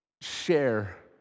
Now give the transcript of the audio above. share